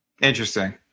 Interesting